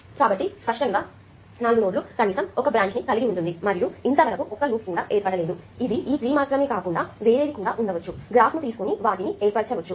కాబట్టి స్పష్టంగా నాలుగు నోడ్లు కనీసం ఒక బ్రాంచ్ ని కలిగి ఉంటుంది మరియు ఇంతవరకు ఒక్క లూప్ కూడా ఏర్పడలేదు ఇది ఈ ట్రీ మాత్రమే కాకుండా వేరేవి కూడా ఉండవచ్చు గ్రాఫ్ను తీసుకొని వాటిని ఏర్పారచవచ్చు